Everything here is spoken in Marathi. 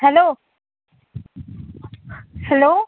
hello hello